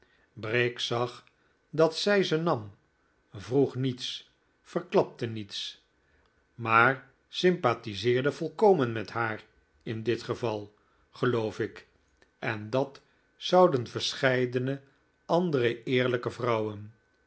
briggs zag dat zij ze nam vroeg niets verklapte niets maar sympathiseerde volkomen met haar in dit geval geloof ik en dat zouden verschcidene andere eerlijke vrouwen